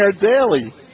daily